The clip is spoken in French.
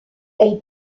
elle